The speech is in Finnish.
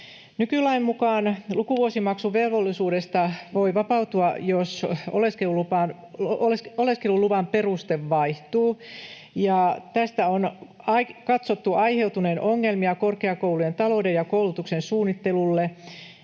Nykylain mukaan lukuvuosimaksuvelvollisuudesta voi vapautua, jos oleskeluluvan peruste vaihtuu. Tästä on katsottu aiheutuneen ongelmia korkeakoulujen talouden ja koulutuksen suunnittelulle.